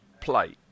play